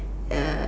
uh